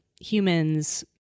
humans